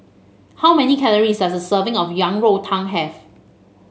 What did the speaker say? how many calories does a serving of Yang Rou Tang have